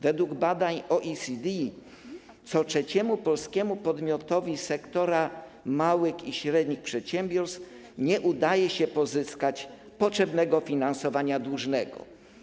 Według badań OECD co trzeciemu polskiemu podmiotowi z sektora małych i średnich przedsiębiorstw nie udaje się pozyskać potrzebnego finansowania dłużnego.